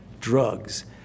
drugs